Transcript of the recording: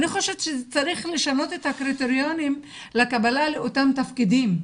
אני חושבת שצריך לשנות את הקריטריונים לקבלה לאותם תפקידים.